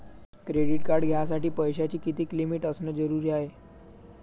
Credit card घ्यासाठी पैशाची कितीक लिमिट असनं जरुरीच हाय?